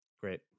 Great